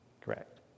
Correct